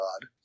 God